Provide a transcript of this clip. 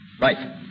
Right